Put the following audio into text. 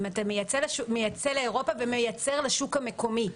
אם אתה מייצא לאירופה ומייצר לשוק המקומי,